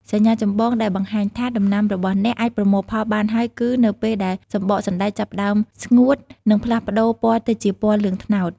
សញ្ញាចម្បងដែលបង្ហាញថាដំណាំរបស់អ្នកអាចប្រមូលផលបានហើយគឺ នៅពេលដែលសំបកសណ្ដែកចាប់ផ្ដើមស្ងួត និងផ្លាស់ប្ដូរពណ៌ទៅជាពណ៌លឿងត្នោត។